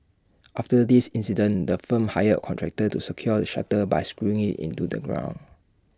after this incident the firm hired A contractor to secure shutter by screwing IT into the ground